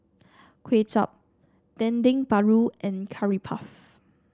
Kuay Chap Dendeng Paru and Curry Puff